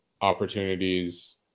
opportunities